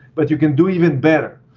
but you can do even better.